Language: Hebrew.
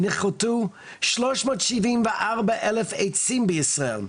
נכרתו 374 אלף עצים בישראל,